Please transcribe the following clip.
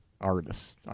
artists